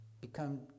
become